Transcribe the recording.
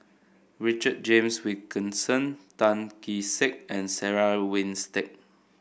Richard James Wilkinson Tan Kee Sek and Sarah Winstedt